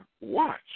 watch